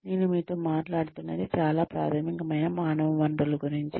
నేను మీతో మాట్లాడుతున్నది చాలా ప్రాథమిక మైన మానవ వనరులు గురుంచి